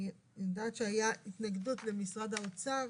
אני יודעת שהייתה התנגדות למשרד האוצר